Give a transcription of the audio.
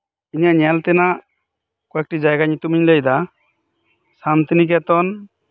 ᱤᱧᱟᱹᱜ ᱧᱮᱞᱛᱮᱱᱟᱜ ᱠᱚᱭᱮᱠᱴᱤ ᱡᱟᱭᱜᱟ ᱧᱩᱛᱩᱢᱤᱧ ᱞᱟᱹᱭᱫᱟ ᱥᱟᱱᱛᱤᱱᱤᱠᱮᱛᱚᱱ